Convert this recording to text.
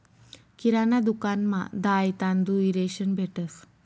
किराणा दुकानमा दाय, तांदूय, रेशन भेटंस